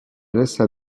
laissa